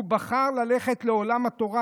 הוא בחר ללכת לעולם התורה.